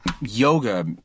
yoga